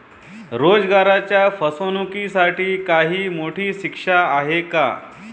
रोजगाराच्या फसवणुकीसाठी काही मोठी शिक्षा आहे का?